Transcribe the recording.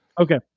Okay